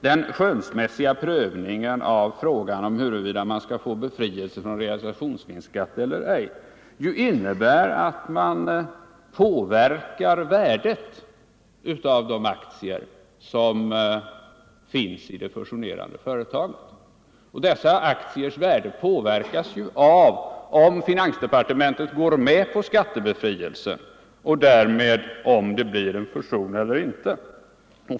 Den skönsmässiga prövningen av frågan huruvida en person skall få befrielse från realisationsvinstskatt eller ej innebär — i det fall jag tog — att man påverkar värdet av de aktier som finns i de fusionerande företagen. Dessa aktiers värde påverkas av om finansdepartementet går med på skattebefrielsen eller ej — och därmed också frågan om det blir fusion eller ej.